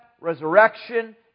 resurrection